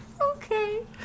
Okay